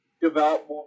develop